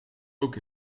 ook